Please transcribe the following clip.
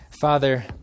Father